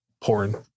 porn